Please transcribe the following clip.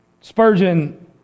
Spurgeon